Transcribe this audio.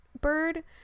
bird